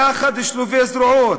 יחד, שלובי זרועות,